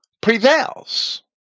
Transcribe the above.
prevails